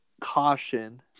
caution